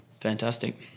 fantastic